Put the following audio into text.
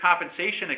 compensation